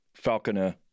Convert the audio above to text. falconer